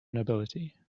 nobility